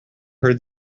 heard